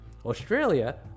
Australia